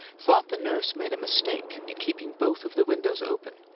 thought the nurse made a mistake in keeping both of the windows open,